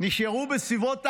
נשארו בסביבות ה-40,